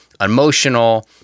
emotional